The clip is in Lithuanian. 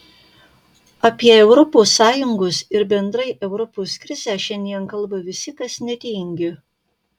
apie europos sąjungos ir bendrai europos krizę šiandien kalba visi kas netingi